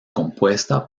compuesta